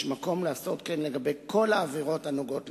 יש מקום לעשות כן לגבי כל העבירות הנוגעות לכך,